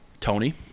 Tony